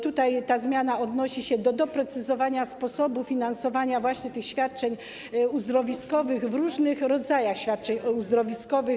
Ta zmiana odnosi się do doprecyzowania sposobu finansowania właśnie tych świadczeń uzdrowiskowych w różnych rodzajach świadczeń uzdrowiskowych.